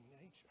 nature